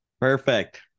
Perfect